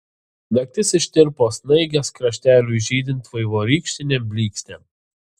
naktis ištirpo snaigės krašteliui žydint vaivorykštinėm blykstėm